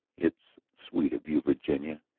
it's sweet of you, virginia.